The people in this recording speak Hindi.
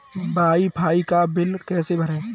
वाई फाई का बिल कैसे भरें?